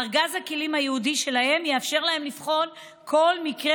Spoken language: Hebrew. ארגז הכלים הייעודי שלהם יאפשר להם לבחון כל מקרה